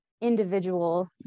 individual